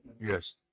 Yes